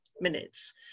minutes